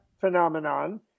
phenomenon